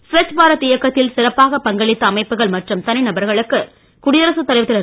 ஸ்வச்பாரத் இயக்கத்தில் சிறப்பாகப் பங்களித்த அமைப்புகள் மற்றும் தனி நபர்களுக்கு குடியரசுத் தலைவர் திரு